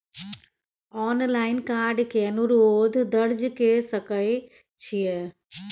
Online card के अनुरोध दर्ज के सकै छियै?